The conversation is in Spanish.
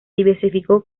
diversificó